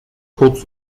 kurz